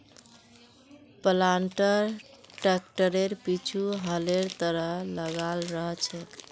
planter ट्रैक्टरेर पीछु हलेर तरह लगाल रह छेक